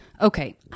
Okay